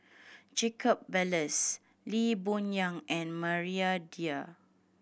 Jacob Ballas Lee Boon Yang and Maria Dyer